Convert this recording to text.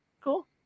cool